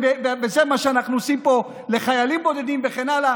וזה מה שאנחנו עושים פה לחיילים בודדים וכן הלאה.